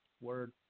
Word